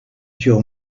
sur